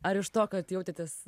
ar iš to kad jautėtės